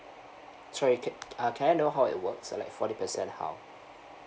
sorry can uh can I know how it works like forty percent how